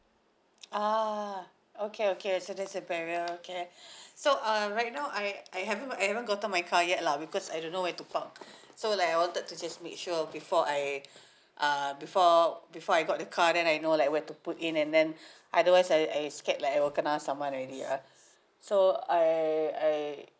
ah okay okay so there's a barrier okay so um right now I I haven't got I havent gotten my car yet lah because I don't know where to park so like I wanted to just make sure before I uh before before I got the car then I know like where to put in and then otherwise I I scared like I will kena someone already lah